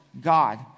God